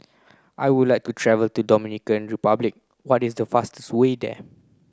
I would like to travel to Dominican Republic what is the fastest way there